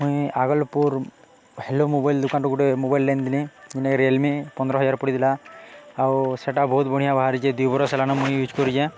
ମୁଇଁ Agalpur hello mobile ଦୁକାନରୁ ଗୋଟେ ମୋବାଇଲ୍ ଲେନ୍ଦିନି ମାନେ ରିଏଲମି ପନ୍ଦର ହଜାର ପଡ଼ିଥିଲା ଆଉ ସେଇଟା ବହୁତ ବଢ଼ିଆଁ ବାହାରିଛେ ଦୁଇବରଷ ହେଲାନ ମୁଇଁ ୟୁଜ୍ କରିଛେଁ